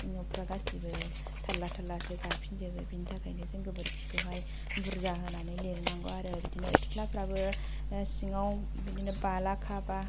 न'फ्रा गासिबो थाल्ला थाल्लासो गाफिनजोबो बिनि थाखायनो बे जों गोबोरखिखौहाय बुरजा होनानै लिरनांगौ आरो बिदिनो सिथ्लाफ्राबो सिङाव बिदिनो बाला खाबा